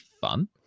fun